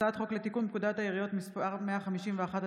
הצעת חוק לתיקון פקודת העיריות (מס' 151),